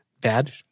bad